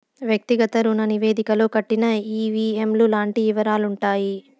వ్యక్తిగత రుణ నివేదికలో కట్టిన ఈ.వీ.ఎం లు లాంటి యివరాలుంటాయి